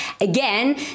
again